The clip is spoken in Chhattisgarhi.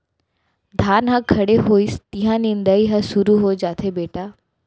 धान ह खड़े होइस तिहॉं निंदई ह सुरू हो जाथे बेटा